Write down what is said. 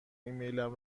ایمیلم